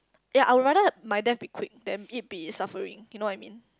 ya I would rather my death be quick then it be suffering you know I mean